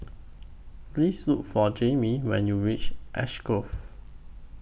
Please Look For Jayme when YOU REACH Ash Grove